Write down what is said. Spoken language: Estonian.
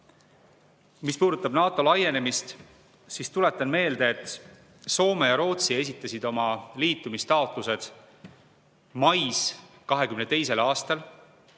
Mis puudutab NATO laienemist, siis tuletan meelde, et Soome ja Rootsi esitasid oma liitumistaotlused mais 2022. aastal.